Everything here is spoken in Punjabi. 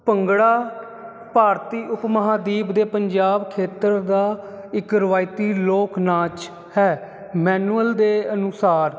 ਭੰਗੜਾ ਭਾਰਤੀ ਉਪ ਮਹਾਦੀਪ ਦੇ ਪੰਜਾਬ ਖੇਤਰ ਦਾ ਇੱਕ ਰਿਵਾਇਤੀ ਲੋਕ ਨਾਚ ਹੈ ਮੈਨੂਅਲ ਦੇ ਅਨੁਸਾਰ